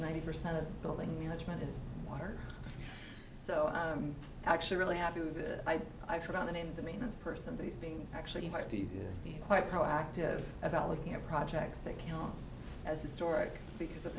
ninety percent of building management is water so i'm actually really happy with it i forgot the name of the maintenance person but he's being actually my steve used to be quite proactive about looking at projects that count as historic because of